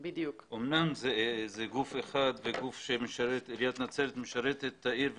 אמנם זה גוף אחד ועיריית נצרת משרתת את העיר,